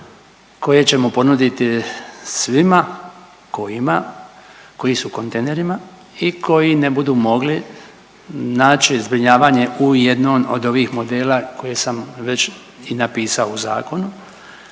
koje ćemo ponuditi svima kojima koji su u kontejnerima i koji ne budu mogli naći zbrinjavanje u jednoj od ovih modela koje sam već i napisao u zakonu.